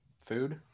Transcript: food